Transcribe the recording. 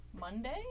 Monday